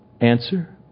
Answer